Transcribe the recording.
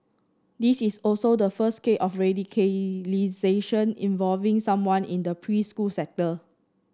this is also the first case of radicalisation involving someone in the preschool sector